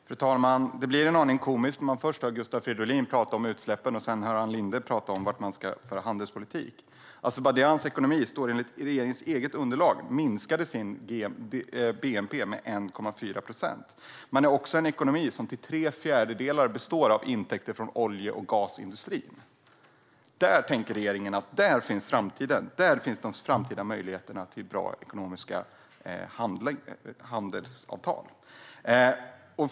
Fru talman! Det blir en aning komiskt när man först hör Gustav Fridolin prata om utsläppen och sedan hör Ann Linde prata om var man ska föra handelspolitik. Enligt regeringens underlag minskade Azerbajdzjan sin bnp med 1,4 procent. Det är också en ekonomi som till tre fjärdedelar består av intäkter från olje och gasindustrin. Regeringen tänker: Där finns framtiden. Där finns de framtida möjligheterna till bra ekonomiska handelsavtal.